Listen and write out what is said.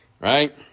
right